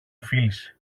φίλησε